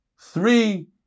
three